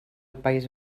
país